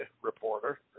reporter